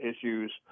issues